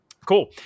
Cool